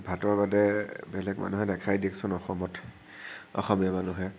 ভাতৰ বাদে বেলেগ মানুহে নাখায় দিয়কচোন অসমত অসমীয়া মানুহে